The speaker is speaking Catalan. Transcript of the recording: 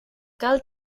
cal